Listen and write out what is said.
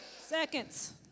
Seconds